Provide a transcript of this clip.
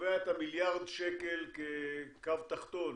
שקובע את המיליארד שקל כקו תחתון